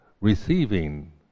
receiving